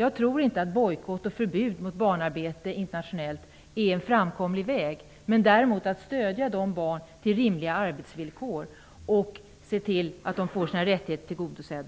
Jag tror inte att bojkott och förbud mot barnarbete internationellt är en framkomlig väg, däremot att ge stöd åt dessa barn så att de får rimliga arbetsvillkor och att se till att deras rättigheter tillgodoses.